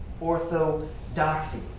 orthodoxy